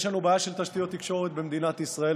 יש לנו בעיה של תשתיות תקשורת במדינת ישראל,